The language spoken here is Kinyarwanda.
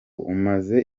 umaze